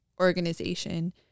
organization